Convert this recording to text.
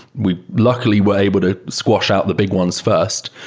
we luckily were able to squash out the big ones first,